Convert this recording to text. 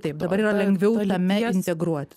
taip dabar yra lengviau tame integruot